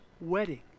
wedding